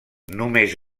només